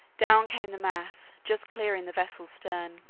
down came the mass, just clearing the vessel's stern.